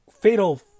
fatal